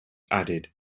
added